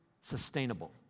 sustainable